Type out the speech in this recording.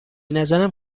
نظرم